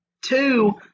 Two